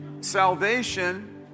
salvation